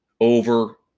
over